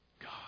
God